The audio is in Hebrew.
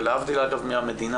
זה להבדיל מהמדינה,